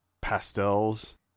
pastels